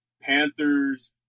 Panthers